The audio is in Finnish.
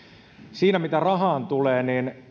siinä mitä rahaan tulee